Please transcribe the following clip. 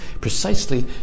precisely